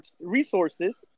resources